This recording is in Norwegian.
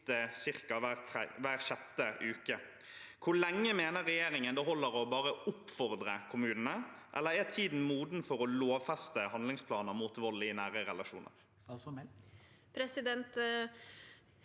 ca. hver sjette uke. Hvor lenge mener regjeringen det holder bare å oppfordre kommunene? Er tiden moden for å lovfeste handlingsplaner mot vold i nære relasjoner?